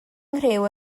nghriw